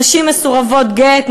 נשים מסורבות גט,